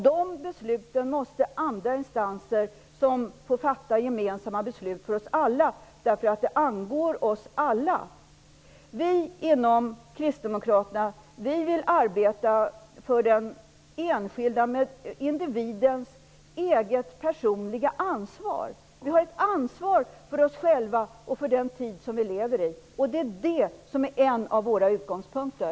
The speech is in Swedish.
De besluten måste ankomma på andra instanser som får fatta beslut som är gemensamma för oss alla, därför att de angår oss alla. Vi i Kristdemokraterna vill arbeta för den enskilde individens eget personliga ansvar. Vi har ett ansvar för oss själva och för den tid som vi lever i. Det är detta som är en av våra utgångspunkter.